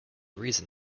reason